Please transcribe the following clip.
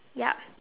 yup